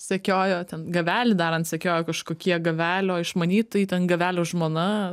sekiojo ten gavelį daran sekiojo kažkokie gavelio išmanytojai ten gavelio žmona